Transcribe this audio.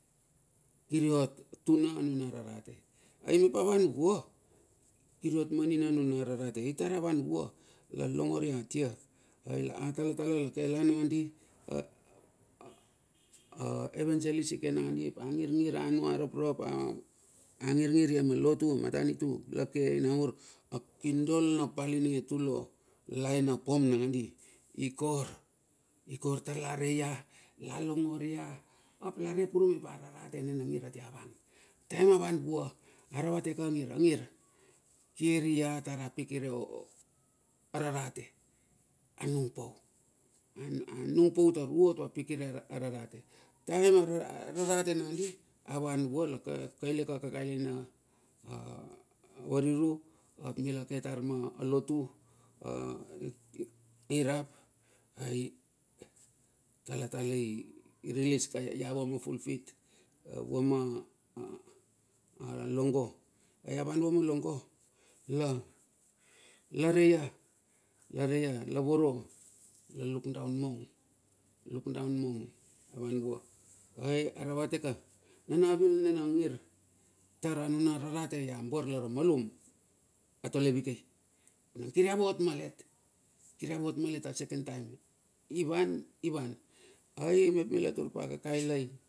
Kiriot tuna anuna rarate, ai mep avan kiriot manina nuna na rarate, ai tar avan vua, la longor ia tia, a talatala la ke laen nangandi, a evangelist la ke nangandi ap a ngirngir a nua a raprap, angirngir ie ma lotu, matanitu lake ai namur a kindol na pal tulo laen na pom langandi ikor. Ikor tar la reia, la longor ia, ap la re kurue pa ararate nina ngir atia vang. Ataem avan vua aravate ka angir, angir, kir ia tara pikire ararate, anung pau. Anung pau tar uot va pikire ararate, taem ararate nandi avan vua la kaile ka kakailai ma variru ap mila ke tar ma lotu irap, ai talatala i rilis ka ia vua ma pulpit, vua ma longo. Aia avan vua ma longo lare ia. la voro la lukdaon mong la lukdaon mong a van vua ai aravate kala, na wil nina ngir tar anuna rarate iambar lara malum, wa tole vikei, kir ia vot melet, kiria vot a malet second taem ivan, ivan.